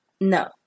No